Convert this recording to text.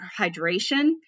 hydration